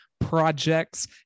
projects